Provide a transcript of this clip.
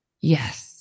Yes